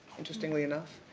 interestingly enough,